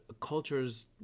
cultures